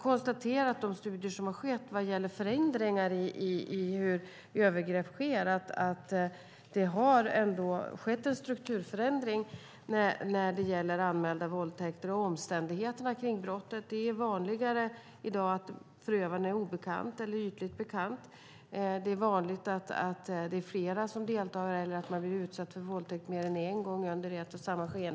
Enligt de studier som har gjorts vad gäller förändringar i hur övergrepp sker har det blivit en strukturförändring avseende anmälda våldtäkter och omständigheterna kring brottet. I dag är det vanligare att förövarna är obekanta eller ytligt bekanta till offret, att det är flera som deltar och att man blir utsatt för våldtäkt mer än en gång under ett och samma tillfälle.